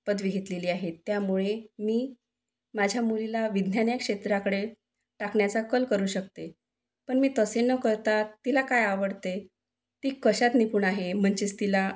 पदवी घेतलेली आहे त्यामुळे मी माझ्या मुलीला विज्ञान या क्षेत्राकडे टाकण्याचा कल करू शकते पण मी तसे नं करता तिला काय आवडते ती कशात निपुण आहे म्हणजेच तिला